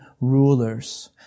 rulers